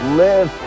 live